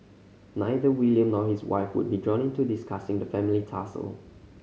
neither William nor his wife would be drawn into discussing the family tussle